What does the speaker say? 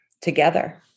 together